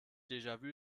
déjà